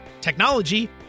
technology